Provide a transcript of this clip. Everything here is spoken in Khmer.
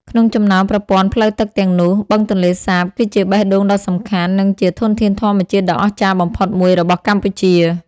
ក្នុងចំណោមប្រព័ន្ធផ្លូវទឹកទាំងនោះ បឹងទន្លេសាប គឺជាបេះដូងដ៏សំខាន់ និងជាធនធានធម្មជាតិដ៏អស្ចារ្យបំផុតមួយរបស់កម្ពុជា។